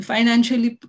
Financially